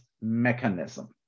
mechanism